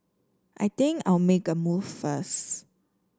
I think I'll make a move first